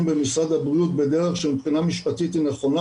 במשרד הבריאות בדרך שמבחינה משפטית היא נכונה,